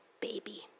baby